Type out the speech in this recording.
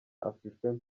afrifame